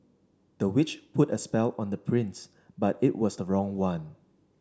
the witch put a spell on the prince but it was the wrong one